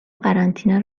قرنطینه